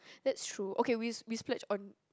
that's true okay we we splurge on